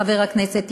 חבר הכנסת,